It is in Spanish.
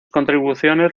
contribuciones